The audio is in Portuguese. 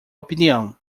opinião